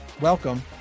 welcome